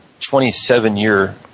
27-year